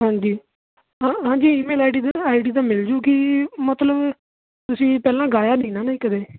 ਹਾਂਜੀ ਹਾਂ ਹਾਂਜੀ ਈਮੇਲ ਆਈਡੀ 'ਤੇ ਆਈਡੀ ਤਾਂ ਮਿਲ ਜੂਗੀ ਮਤਲਬ ਤੁਸੀਂ ਪਹਿਲਾਂ ਗਾਇਆ ਨਹੀਂ ਨਾ ਨਾ ਕਦੇ